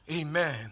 amen